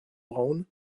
brown